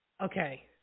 okay